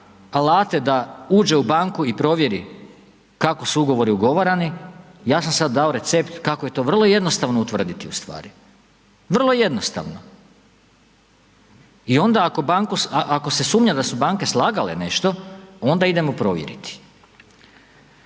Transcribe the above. alate da uđe u banku i provjeri kako su ugovori ugovarani, ja sam sada dao recept kako je to vrlo jednostavno ustvrditi ustvari, vrlo jednostavno. I onda ako se sumnja da su banke slagale nešto onda idemo provjeriti.